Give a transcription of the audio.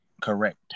correct